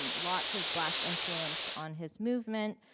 um lots of black influence on his movement.